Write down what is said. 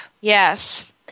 Yes